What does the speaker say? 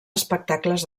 espectacles